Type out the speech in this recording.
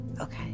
Okay